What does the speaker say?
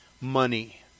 Money